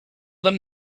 them